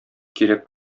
кирәк